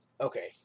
Okay